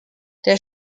der